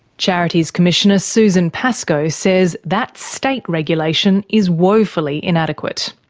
charities commissioner susan pascoe says that state regulation is woefully inadequate.